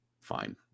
fine